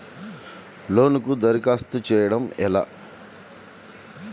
లోనుకి దరఖాస్తు చేయడము ఎలా?